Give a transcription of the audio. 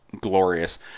Glorious